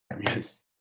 Yes